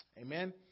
Amen